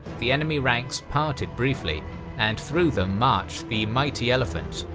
the enemy ranks parted briefly and through them marched the mighty elephants,